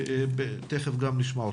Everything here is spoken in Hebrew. תיכף נשמע אתכם.